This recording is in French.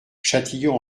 châtillon